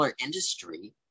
industry